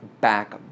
back